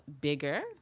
Bigger